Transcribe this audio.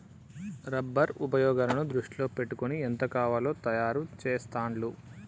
rubber ఉపయోగాలను దృష్టిలో పెట్టుకొని ఎంత కావాలో తయారు చెస్తాండ్లు